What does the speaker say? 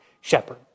shepherd